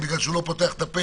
בגלל שהוא לא פותח את הפה,